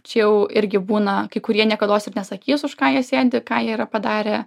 čia jau irgi būna kai kurie niekados ir nesakys už ką jie sėdi ką jie yra padarę